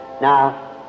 Now